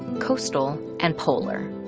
coastal, and polar.